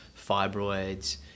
fibroids